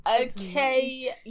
okay